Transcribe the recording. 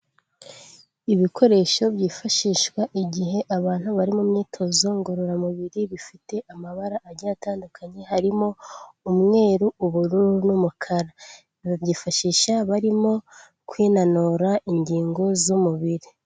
Ibikoresho byifashishwa igihe abantu bari mu myitozo ngororamubiri bifite amabara agiye atandukanye harimo umweru, ubururu n'umukara, babyifashisha barimo kwinanura ingingo z'umubiri.